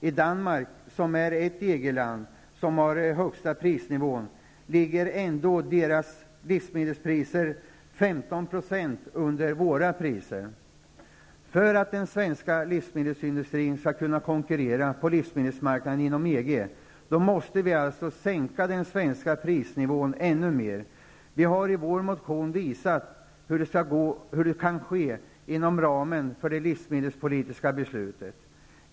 I Danmark, som är det EG-land som har den högsta prisnivån, ligger ändå livsmedelspriserna 15 % under våra priser. För att den svenska livsmedelsindustrin skall kunna konkurrera på livsmedelsmarknaden inom EG måste vi alltså sänka den svenska prisnivån ännu mer. Vi har i vår motion visat hur det kan ske inom ramen för det livsmedelspolitiska beslutet.